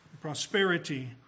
prosperity